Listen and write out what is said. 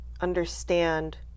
understand